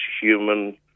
human